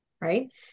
right